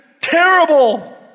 terrible